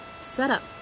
setup